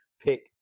Pick